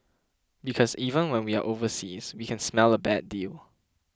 because even when we are overseas we can smell a bad deal